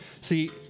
See